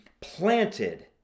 planted